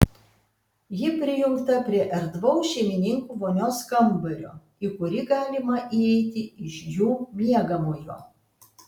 ji prijungta prie erdvaus šeimininkų vonios kambario į kurį galima įeiti iš jų miegamojo